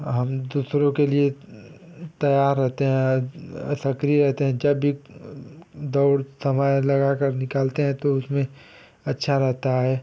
हम दूसरों के लिए तैयार रहते हैं सक्रिय रहते हैं जब भी दौड़ समय लगा कर निकालते हैं तो उसमे अच्छा रहता है